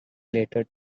later